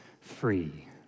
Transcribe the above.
free